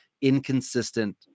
inconsistent